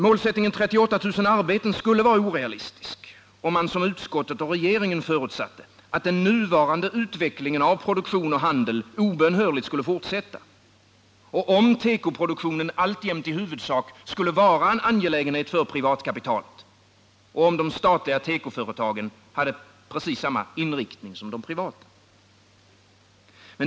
Målsättningen 38000 arbeten skulle vara orealistisk, om man som utskottet och regeringen förutsatte att nuvarande utveckling av produktion och handel obönhörligt skulle fortsätta, om tekoproduktionen alltjämt i huvudsak var en angelägenhet för privatkapitalet och om de statliga tekoföretagen hade precis samma inriktning som de privata.